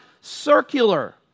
circular